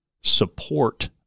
support